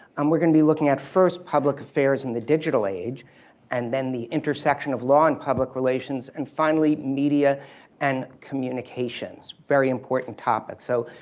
um we're going to be looking at, first, public affairs in the digital age and then the intersection of law and public relations, and finally, media and communications very important topic. so,